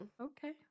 Okay